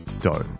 dough